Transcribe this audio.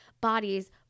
bodies